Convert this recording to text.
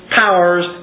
powers